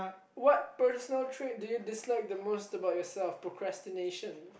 what personal trait do you dislike the most about yourself procrastination